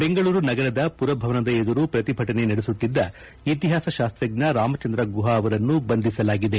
ಬೆಂಗಳೂರು ನಗರದ ಪುರಭವನದ ಎದುರು ಪ್ರತಿಭಟನೆ ನಡೆಸುತ್ತಿದ್ದ ಇತಿಹಾಸ ಶಾಸ್ತಜ್ಞ ರಾಮಚಂದ್ರ ಗುಹಾ ಅವರನ್ನು ಬಂಧಿಸಲಾಗಿದೆ